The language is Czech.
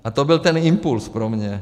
A to byl ten impuls pro mě.